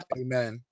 amen